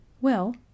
Well